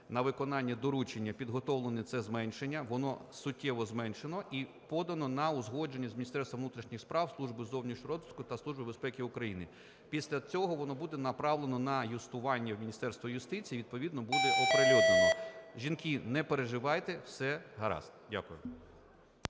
на виконання доручення підготовлене це зменшення, воно суттєво зменшено і подано на узгодження з Міністерством внутрішніх справ, Службою зовнішньої розвідки та Службою безпеки України. Після цього воно буде направлене на юстування в Міністерство юстиції і відповідно буде оприлюднене. Жінки, не переживайте, все гаразд. Дякую.